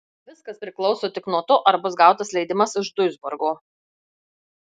viskas priklauso tik nuo to ar bus gautas leidimas iš duisburgo